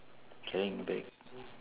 carrying bag